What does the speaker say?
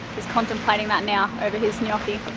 he's contemplating that now over his gnocchi.